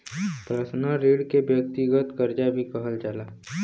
personal ऋण के व्यक्तिगत करजा भी कहल जाला